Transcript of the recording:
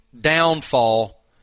downfall